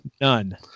None